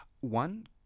One